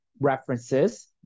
references